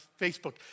Facebook